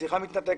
השיחה מתנתקת.